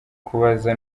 kubaza